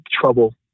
trouble